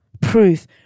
proof